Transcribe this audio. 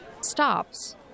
stops